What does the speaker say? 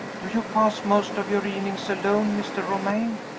do you pass most of your evenings alone, mr. romayne?